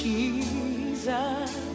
Jesus